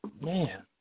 man